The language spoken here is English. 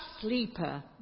sleeper